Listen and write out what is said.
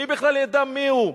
מי בכלל ידע מי הוא?